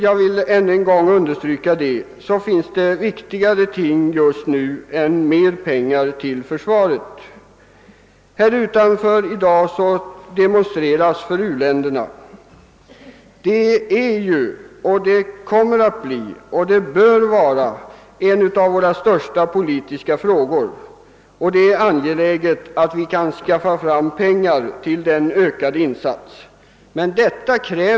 Jag vill än en gång understryka att det enligt min mening finns viktigare ting just nu än att ge mera pengar till försvaret. Utanför riksdagshuset demonstreras i dag för u-länderna. Hjälpen åt u-länderna kommer att bli och bör vara en av våra största politiska frågor, och det är angeläget att vi kan skaffa fram pengar till en ökad insats för detta ändamål.